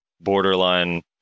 borderline